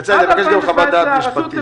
והגליל -- נבקש גם חוות דעת משפטית.